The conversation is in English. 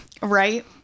Right